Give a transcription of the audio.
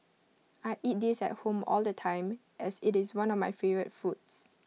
I eat this at home all the time as IT is one of my favourite foods